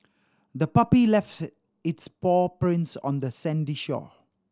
the puppy left its paw prints on the sandy shore